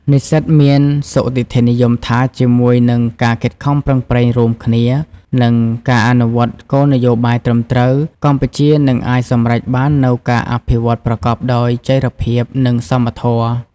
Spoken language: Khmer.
និស្សិតមានសុទិដ្ឋិនិយមថា ជាមួយនឹងការខិតខំប្រឹងប្រែងរួមគ្នា និងការអនុវត្តគោលនយោបាយត្រឹមត្រូវ កម្ពុជានឹងអាចសម្រេចបាននូវការអភិវឌ្ឍន៍ប្រកបដោយចីរភាព និងសមធម៌។